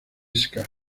ska